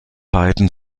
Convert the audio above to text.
beiden